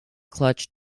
clutch